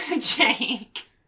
Jake